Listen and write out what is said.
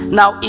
now